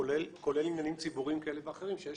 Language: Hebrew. כולל עניינים ציבוריים כאלה ואחרים שיש